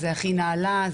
הכי נעלה,